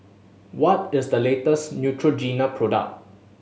what is the latest Neutrogena product